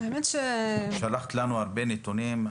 שלחת לנו הרבה נתונים.